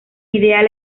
ideal